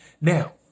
Now